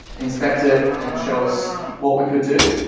inspect it and show us what we could do?